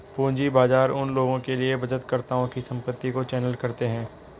पूंजी बाजार उन लोगों के लिए बचतकर्ताओं की संपत्ति को चैनल करते हैं